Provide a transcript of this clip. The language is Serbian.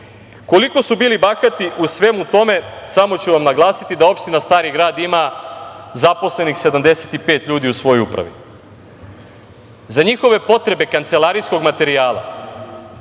su bili bahati u svemu tome, samo ću vam naglasiti da opština Stari Grad ima zaposlenih 75 ljudi u svojoj upravi. Za njihove potrebe kancelarijskog materijala